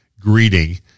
greeting